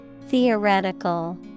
Theoretical